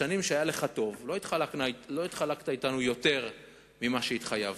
בשנים שבהן היה לך טוב לא התחלקת אתנו ביותר ממה שהתחייבת,